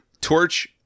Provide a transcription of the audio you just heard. torch